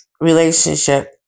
relationship